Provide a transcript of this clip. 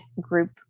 group